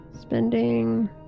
spending